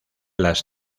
las